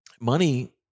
Money